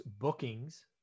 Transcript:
bookings